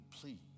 Please